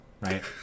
right